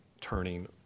turning